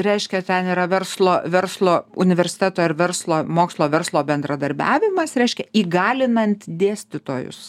reiškia ten yra verslo verslo universiteto ar verslo mokslo verslo bendradarbiavimas reiškia įgalinant dėstytojus